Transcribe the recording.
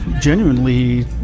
genuinely